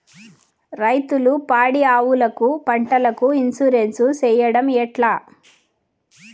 రైతులు పాడి ఆవులకు, పంటలకు, ఇన్సూరెన్సు సేయడం ఎట్లా?